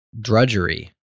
drudgery